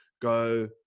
go